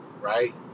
right